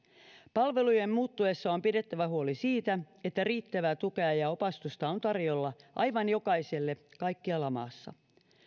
palvelujen muuttuessa on pidettävä huoli siitä että riittävää tukea ja opastusta on tarjolla aivan jokaiselle kaikkialla maassa